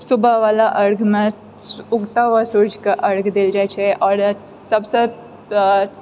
सुबहवला अर्घ्यमे उगता हुआ सूर्यके अर्घ्य देल जाइ छै आओर सबसँ